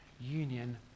union